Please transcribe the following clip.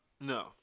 no